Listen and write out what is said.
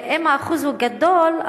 אם האחוז הוא גדול,